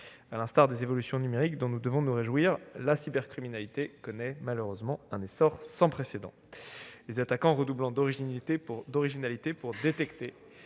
À l'instar des évolutions numériques, dont nous devons nous réjouir, la cybercriminalité connaît malheureusement un essor sans précédent, les attaquants redoublant d'originalité pour détecter